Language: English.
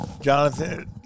Jonathan